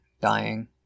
dying